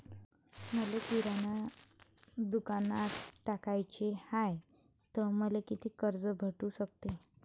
मले किराणा दुकानात टाकाचे हाय तर मले कितीक कर्ज भेटू सकते?